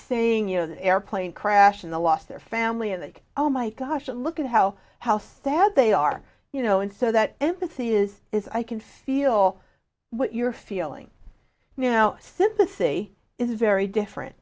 saying you know the airplane crash in the lost their family and they all my gosh look at how how sad they are you know and so that empathy is is i can feel what you're feeling now sympathy is very different